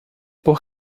por